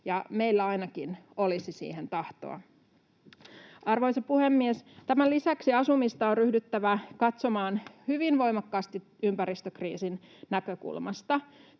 meillä ainakin olisi siihen tahtoa. Arvoisa puhemies! Tämän lisäksi asumista on ryhdyttävä katsomaan hyvin voimakkaasti ympäristökriisin näkökulmasta.